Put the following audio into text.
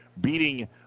beating